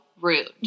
rude